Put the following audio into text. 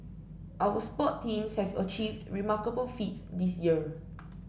our sports teams have achieved remarkable feats this year